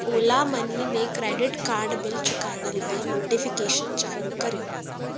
Ola money में credit card bill चुकाइण लाइ नोटिफिकेशन चालू कर्यो